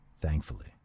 thankfully